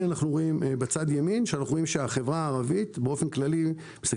בצד ימין אנחנו רואים שבחברה הערבית היקף